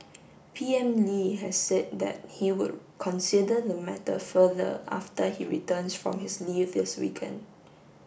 P M Lee has said that he would consider the matter further after he returns from his leave this weekend